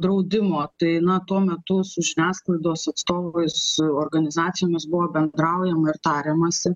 draudimo tai na tuo metu su žiniasklaidos atstovais organizacijomis buvo bendraujama ir tariamasi